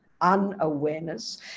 unawareness